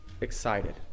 excited